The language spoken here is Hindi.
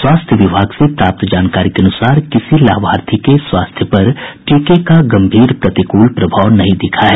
स्वास्थ्य विभाग से प्राप्त जानकारी के अनुसार किसी लाभार्थी के स्वास्थ्य पर टीके का गम्भीर प्रतिकूल प्रभाव नहीं दिखा है